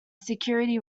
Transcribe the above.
security